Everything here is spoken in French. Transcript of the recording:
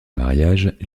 mariage